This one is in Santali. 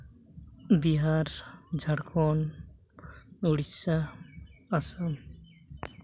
ᱵᱤᱦᱟᱨ ᱡᱷᱟᱲᱠᱷᱚᱸᱰ ᱩᱲᱤᱥᱥᱟ ᱟᱥᱟᱢ